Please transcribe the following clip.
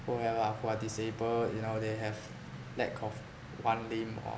who have uh who are disabled you know they have lack of one limb or